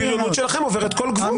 הבריונות שלכם עוברת כל גבול.